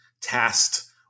tasked